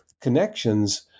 connections